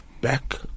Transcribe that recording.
back